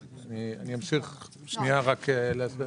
אני אמשיך להסביר.